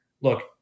look